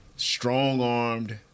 strong-armed